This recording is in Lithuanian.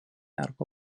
arba